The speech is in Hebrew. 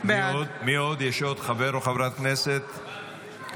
(קוראת בשם חבר הכנסת)